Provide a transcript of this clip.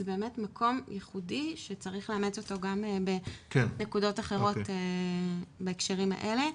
זה באמת מקום ייחודי שצריך לאמץ אותו גם בנקודות אחרות בהקשרים האלה.